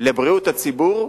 לבריאות הציבור,